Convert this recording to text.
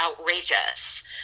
outrageous